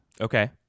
okay